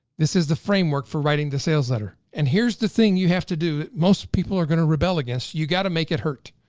this is the framework for writing the sales letter. and here's the thing you have to do that most people are gonna rebel against. you gotta make it hurt.